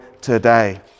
today